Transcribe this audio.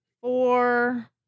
four